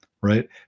right